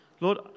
Lord